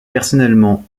personnellement